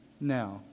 now